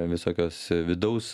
visokios vidaus